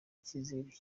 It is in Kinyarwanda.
icyizere